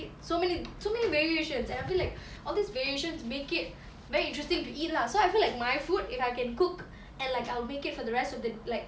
so many so many variations and I feel like all this variations make it very interesting to eat lah so I feel like my food if I can cook and like I'll make it for the rest of the like